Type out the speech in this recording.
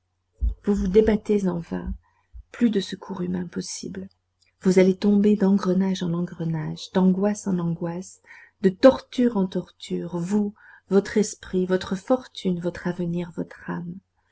vous vous débattez en vain plus de secours humain possible vous allez tomber d'engrenage en engrenage d'angoisse en angoisse de torture en torture vous votre esprit votre fortune votre avenir votre âme